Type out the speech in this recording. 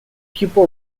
pupil